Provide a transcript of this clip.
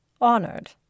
Honored